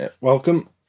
welcome